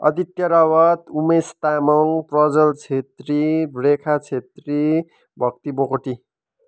Aditya Rawat Umesh Tamang Prajwal Chhetri Rekha Chhetri Bhakti Bogati